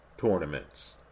tournaments